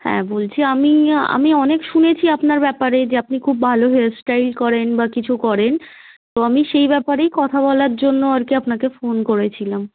হ্যাঁ বলছি আমি আমি অনেক শুনেছি আপনার ব্যাপারে যে আপনি খুব ভালো হেয়ার স্টাইল করেন বা কিছু করেন তো আমি সেই ব্যাপারেই কথা বলার জন্য আর কি আপনাকে ফোন করেছিলাম